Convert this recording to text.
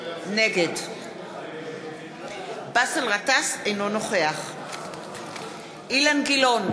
נגד באסל גטאס, אינו נוכח אילן גילאון,